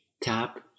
tap